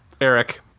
Eric